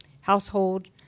household